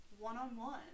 one-on-one